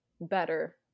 better